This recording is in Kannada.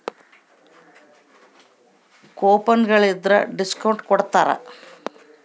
ಕೂಪನ್ ಗಳಿದ್ರ ಡಿಸ್ಕೌಟು ಕೊಡ್ತಾರ